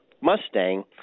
Mustang